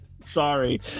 Sorry